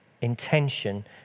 intention